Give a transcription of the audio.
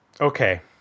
Okay